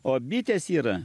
o bitės yra